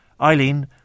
Eileen